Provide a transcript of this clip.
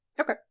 Okay